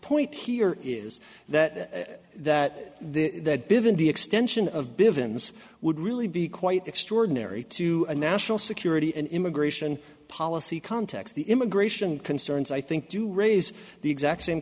point here is that that there had been the extension of bivins would really be quite extraordinary to a national security and immigration policy context the immigration concerns i think do raise the exact same